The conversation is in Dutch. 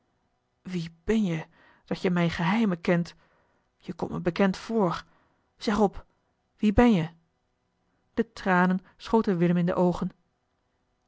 wie ben jij dat je mijne geheimen kent je komt mij bekend voor zeg op wie ben jij de tranen schoten willem in de oogen